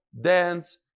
dance